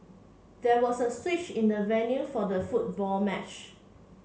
there was a switch in the venue for the football match